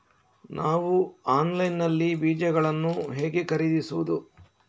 ನಾವು ಆನ್ಲೈನ್ ನಲ್ಲಿ ಬೀಜಗಳನ್ನು ಹೇಗೆ ಖರೀದಿಸುವುದು?